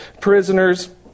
prisoners